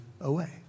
away